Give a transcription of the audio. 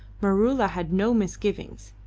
maroola had no misgivings,